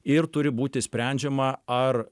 ir turi būti sprendžiama ar